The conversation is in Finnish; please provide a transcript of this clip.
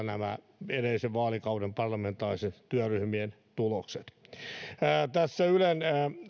nämä edellisen vaalikauden parlamentaaristen työryhmien tulokset ovat siellä ikään kuin pohjana tässä ylen